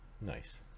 nice